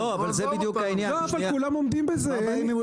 לא, אבל כולם עומדים בזה.